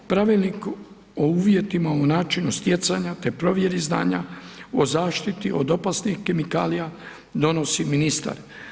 Pravilnik o uvjetima u načinu stjecanja, te provjeri znanja o zaštiti od opasnih kemikalija donosi ministar.